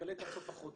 להיקלט עד סוף החודש,